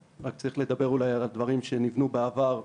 רק צריך לדבר אולי על הדברים שנבנו בעבר,